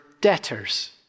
debtors